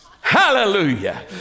Hallelujah